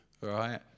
right